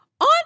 on